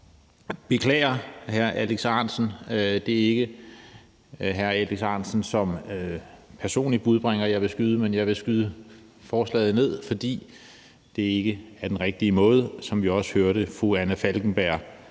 Beklager, hr. Alex Ahrendtsen. Det er ikke hr. Alex Ahrendtsen som personlig budbringer, jeg vil skyde, men jeg vil skyde forslaget ned, fordi det ikke er den rigtige måde. Som vi også hørte fra fru Anna Falkenberg,